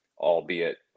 albeit